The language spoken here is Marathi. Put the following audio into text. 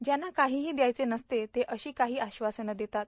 ज्यांना काहीही द्यायचे नसते ते अशी काहीही आश्वासने देतात